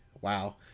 wow